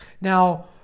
Now